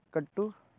कटु